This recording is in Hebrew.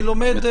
אני לומד.